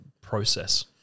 process